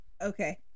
Okay